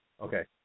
Okay